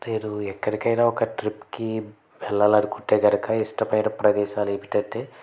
నేను ఎక్కడికైనా ఒక ట్రిప్కి వెళ్ళాలనుకుంటే కనక ఇష్టమైన ప్రదేశాలు ఏమిటంటే